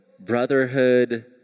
Brotherhood